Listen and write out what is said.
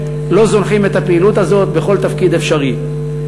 לא זונחים את הפעילות הזאת בכל תפקיד אפשרי.